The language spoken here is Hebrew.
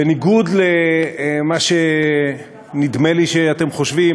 בניגוד למה שנדמה לי שאתם חושבים,